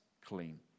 clean